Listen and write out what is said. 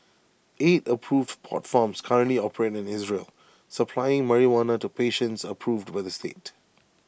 eight approved pot farms currently operate in Israel supplying marijuana to patients approved by the state